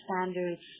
standards